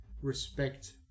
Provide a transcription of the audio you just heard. respect